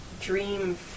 dream